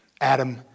Adam